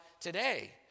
today